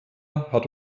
hat